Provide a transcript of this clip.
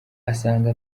asanga